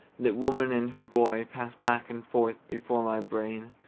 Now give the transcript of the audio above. that woman and her boy pass back and forth before my brain,